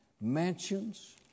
mansions